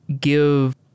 give